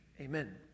Amen